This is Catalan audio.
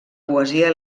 poesia